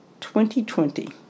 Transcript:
2020